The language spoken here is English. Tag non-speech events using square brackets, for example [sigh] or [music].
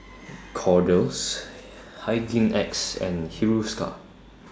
[noise] Kordel's Hygin X and Hiruscar